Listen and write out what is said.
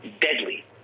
deadly